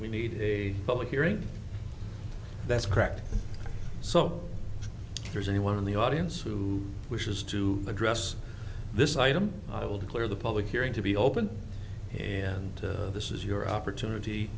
we need a full hearing that's correct so if there's anyone in the audience who wishes to address this item i will declare the public hearing to be open and this is your opportunity